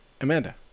Amanda